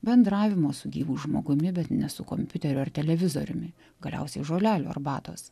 bendravimo su gyvu žmogumi bet ne su kompiuteriu ar televizoriumi galiausiai žolelių arbatos